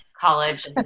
college